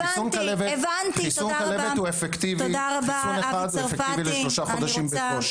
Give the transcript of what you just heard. חיסון אחד של כלבת הוא אפקטיבי לשלושה חודשים בקושי.